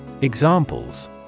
Examples